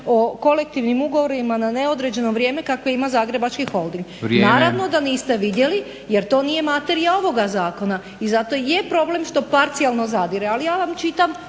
o kolektivnim ugovorima na neodređeno vrijeme kakve ima Zagrebački holding. Naravno da niste vidjeli, jer to nije materija ovoga zakona. I zato je problem što parcijalno zadire, ali ja vam čitam